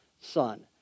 son